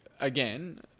again